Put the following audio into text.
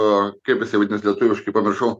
o kaip jisai vadinasi lietuviškai pamiršau